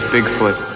Bigfoot